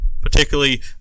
particularly